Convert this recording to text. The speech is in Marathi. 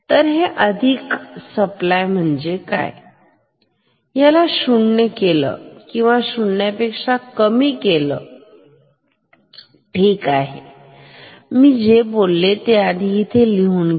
तर हे अधिक सप्लाय राहील मी जर ह्याला 0 केलं किंवा शून्यापेक्षा कमी केलंठीक आता मी जे बोलले ते आधी इथे लिहून घेऊ